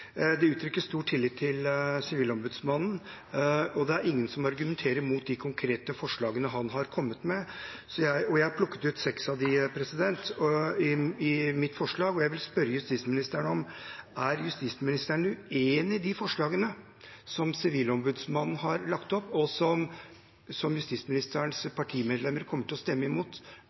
ingen som argumenterer mot de konkrete forslagene han har kommet med. Jeg plukket ut seks av dem i mitt forslag, og jeg vil spørre justisministeren: Er justisministeren uenig i forslagene som Sivilombudsmannen har, og som justisministerens partimedlemmer kommer til å stemme imot?